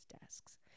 desks